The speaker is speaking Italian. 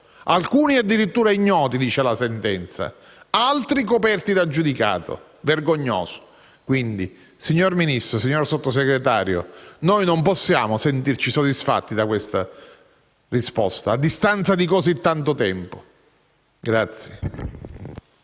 Alcuni addirittura ignoti, come dice la sentenza, e altri ricoperti dal giudicato. Vergognoso! Quindi, signora Sottosegretaria, noi non possiamo sentirci soddisfatti da questa risposta, a distanza di così tanto tempo.